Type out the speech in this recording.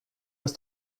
das